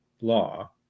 law